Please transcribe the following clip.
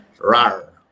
RAR